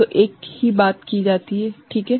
तो एक ही बात की जाती है ठीक है